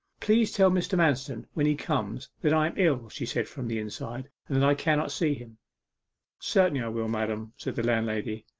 please tell mr. manston when he comes that i am ill she said from the inside, and that i cannot see him certainly i will, madam said the landlady.